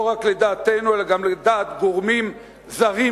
לא רק לדעתנו אלא גם לדעת גורמים זרים,